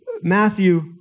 Matthew